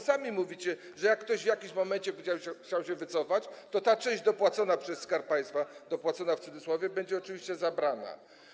Sami mówicie, że jak ktoś w jakimś momencie będzie chciał się wycofać, to ta część dopłacona przez Skarb Państwa, dopłacona w cudzysłowie, będzie oczywiście zabrana.